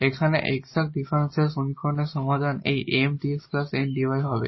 এখানে exact differential সমীকরণের সমাধান এই 𝑀𝑑𝑥 𝑁𝑑𝑦 হবে